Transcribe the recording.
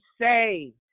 say